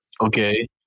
Okay